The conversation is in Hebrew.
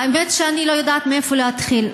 האמת שאני לא יודעת מאיפה להתחיל,